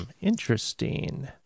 interesting